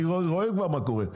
אני רואה כבר מה קורה,